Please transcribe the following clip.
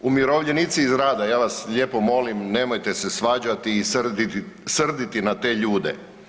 Umirovljenici iz rada, ja vas lijepo molim, nemojte se svađati i srditi na te ljude.